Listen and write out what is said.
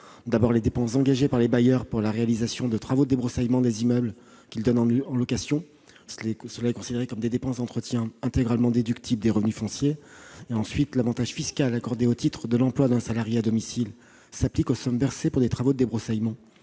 : les dépenses engagées par les bailleurs pour la réalisation de travaux de débroussaillement des immeubles qu'ils donnent en location sont considérées comme des dépenses d'entretien intégralement déductibles des revenus fonciers. L'avantage fiscal accordé au titre de l'emploi d'un salarié à domicile s'applique aux sommes versées pour des travaux de débroussaillement